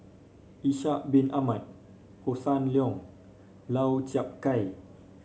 Ishak Bin Ahmad Hossan Leong Lau Chiap Khai